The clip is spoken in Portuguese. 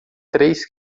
três